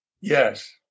Yes